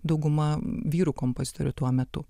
dauguma vyrų kompozitorių tuo metu